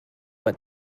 but